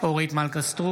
(קורא בשמות חברי הכנסת) אורית מלכה סטרוק,